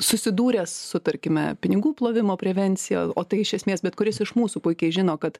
susidūręs su tarkime pinigų plovimo prevencija o tai iš esmės bet kuris iš mūsų puikiai žino kad